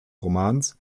romans